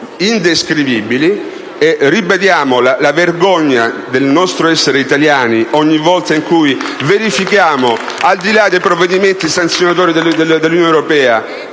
indescrivibili - e riavvertiamo la vergogna del nostro essere italiani ogni volta che verifichiamo, al di là dei provvedimenti sanzionatori dell'Unione europea,